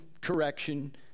correction